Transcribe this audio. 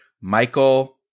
Michael